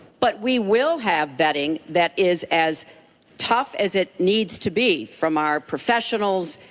but we will have vetting that is as tough as it needs to be from our professionals,